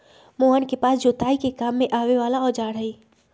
मोहन के पास जोताई के काम में आवे वाला औजार हई